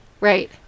Right